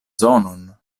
zonon